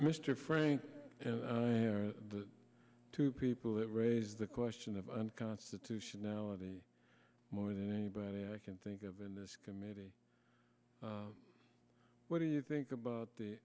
mr frank and the two people that raise the question of unconstitutionality more than anybody i can think of in this committee what do you think about the